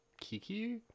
kiki